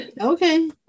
Okay